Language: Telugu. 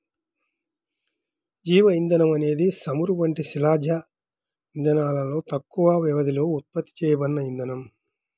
జీవ ఇంధనం అనేది చమురు వంటి శిలాజ ఇంధనాలలో తక్కువ వ్యవధిలో ఉత్పత్తి చేయబడిన ఇంధనం